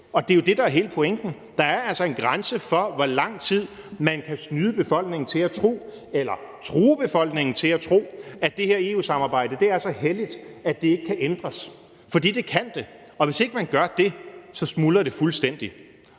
Det er jo det, der er hele pointen, altså at der er en grænse for, hvor lang tid man kan snyde befolkningen – eller true befolkningen – til at tro, at det her EU-samarbejde er så helligt, at det ikke kan ændres. For det kan det, og hvis ikke man gør det, så smuldrer det fuldstændig.